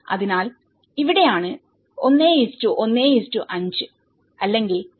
അതിനാൽ ഇവിടെയാണ് 1 1 5 അല്ലെങ്കിൽ cement is to gypsum sand